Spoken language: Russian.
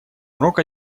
урок